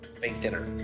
think dinner.